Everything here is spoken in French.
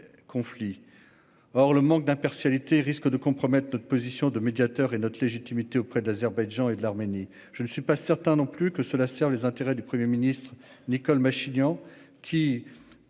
Or le manque d'impartialité risque de compromettre notre position de médiateur et notre légitimité auprès de l'Azerbaïdjan et de l'Arménie. Je ne suis pas certain non plus que cela serve les intérêts du premier ministre Nikol Pachinian, car